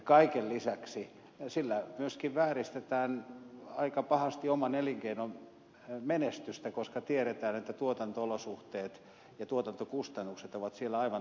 kaiken lisäksi sillä myöskin vääristetään aika pahasti oman elinkeinon menestystä koska tiedetään että tuotanto olosuhteet ja tuotantokustannukset ovat siellä aivan toisenlaiset